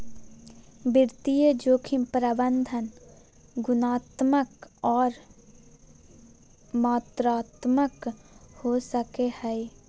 वित्तीय जोखिम प्रबंधन गुणात्मक आर मात्रात्मक हो सको हय